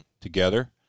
together